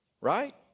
Right